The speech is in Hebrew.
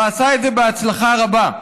ועשה את זה בהצלחה רבה.